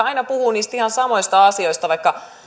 aina niistä ihan samoista asioista vaikka